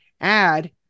add